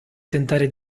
tentare